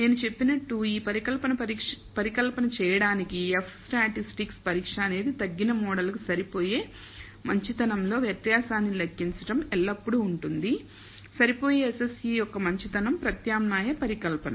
నేను చెప్పినట్లు ఈ పరికల్పన చేయడానికి F స్టాటిస్టిక్స్ పరీక్ష అనేది తగ్గిన మోడల్ కు సరిపోయే మంచితనంలో వ్యత్యాసాన్ని లెక్కించడం ఎల్లప్పుడూ ఉంటుంది సరిపోయే SSE యొక్క మంచితనం ప్రత్యామ్నాయ పరికల్పన